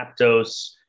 Aptos